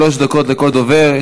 שלוש דקות לכל דובר.